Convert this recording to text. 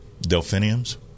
Delphiniums